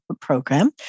program